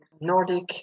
Nordic